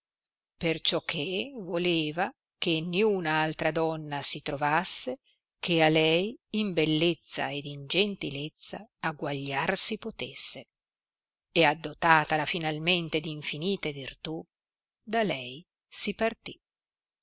perciò che voleva che niuna altra donna si trovasse che a lei in bellezza ed in gentilezza agguagliar si potesse e addotatala finalmente d infinite virtù da lei si partì